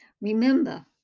Remember